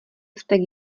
vztek